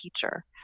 teacher